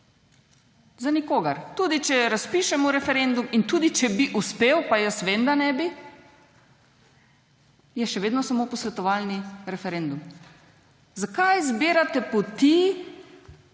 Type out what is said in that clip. za nikogar. Tudi če razpišemo referendum in tudi če bi uspel, pa jaz vem, da ne bi, je še vedno samo posvetovalni referendum. Zakaj izbirate poti,